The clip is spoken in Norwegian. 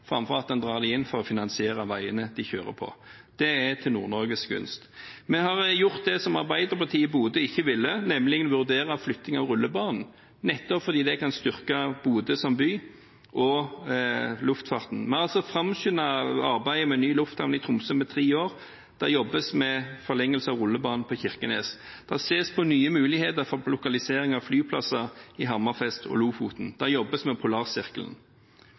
framfor at en drar det inn for å finansiere veiene de kjører på. Det er til Nord-Norges gunst. Vi har gjort det som Arbeiderpartiet i Bodø ikke ville, nemlig å vurdere flytting av rullebanen – nettopp fordi det kan styrke Bodø som by og luftfarten. Vi har altså framskyndet arbeidet med ny lufthavn i Tromsø med tre år. Det jobbes med forlengelse av rullebanen i Kirkenes. Det ses på nye muligheter for lokalisering av flyplasser i Hammerfest og Lofoten. Det jobbes med Polarsirkelen.